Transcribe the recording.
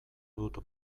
dut